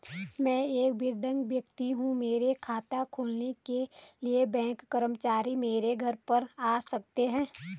मैं एक दिव्यांग व्यक्ति हूँ मेरा खाता खोलने के लिए बैंक कर्मचारी मेरे घर पर आ सकते हैं?